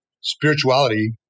spirituality